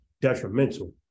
detrimental